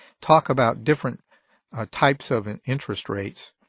talk about different types of and interest rates.